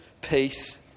peace